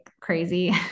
crazy